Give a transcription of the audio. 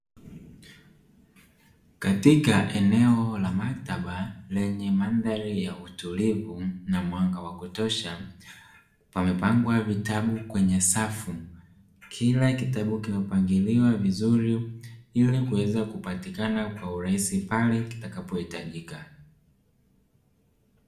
Katika eneo la maktaba lenye mandhari ya utulivu na mwanga wa kutosha pamepangwa vitabu kwenye safu, kila kitabu kimepangiliwa vizuri ili kuweza kupatikana kwa urahisi pale kitakapo hitajika.